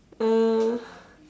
uh